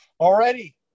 Already